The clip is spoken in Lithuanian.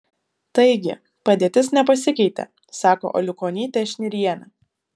taigi padėtis nepasikeitė sako aliukonytė šnirienė